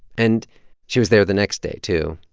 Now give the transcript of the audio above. and she was there the next day too.